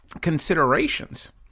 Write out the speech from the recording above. considerations